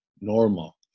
normal